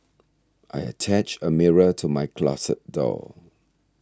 I attached a mirror to my closet door